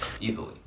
easily